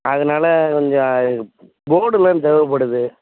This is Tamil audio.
அதனால் கொஞ்சம் போர்டெலாம் தேவைப்படுது